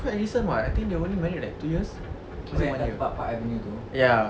it's quite recent [what] I think they only married like two years or is it one year ya